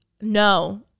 no